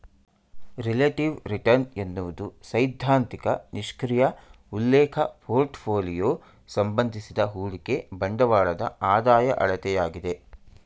relative return ಎನ್ನುವುದು ಸೈದ್ಧಾಂತಿಕ ನಿಷ್ಕ್ರಿಯ ಉಲ್ಲೇಖ ಪೋರ್ಟ್ಫೋಲಿಯೋ ಸಂಬಂಧಿಸಿದ ಹೂಡಿಕೆ ಬಂಡವಾಳದ ಆದಾಯ ಅಳತೆಯಾಗಿದೆ